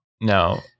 No